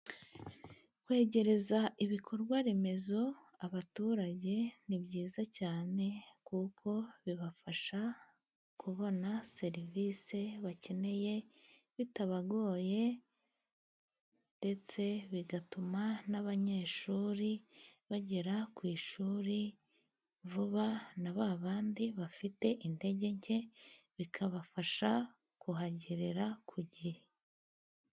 Kwegereza ibikorwa remezo abaturage, ni byiza cyane kuko bibafasha kubona serivisi bakeneye bitabagoye, ndetse bigatuma n'abanyeshuri bagera ku ishuri vuba, na ba bandi bafite intege nke bikabafasha kuhagerera ku gihe.